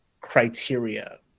criteria